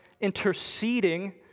interceding